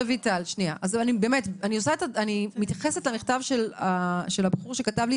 אני מתייחסת למכתב של הבחור שכתב לי